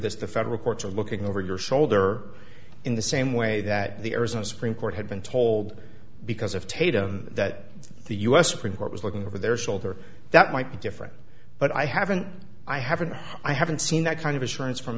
this the federal courts are looking over your shoulder in the same way that the arizona supreme court had been told because of tatum that the u s supreme court was looking over their shoulder that might be different but i haven't i haven't i haven't seen that kind of assurance from